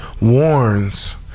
warns